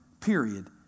period